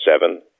seven